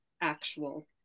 actual